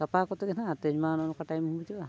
ᱜᱟᱯᱟ ᱠᱚᱛᱮᱜᱮ ᱱᱟᱜ ᱛᱮᱦᱮᱧᱢᱟ ᱚᱱᱮ ᱚᱱᱠᱟ ᱴᱟᱭᱤᱢ ᱮᱢ ᱦᱤᱡᱩᱜᱼᱟ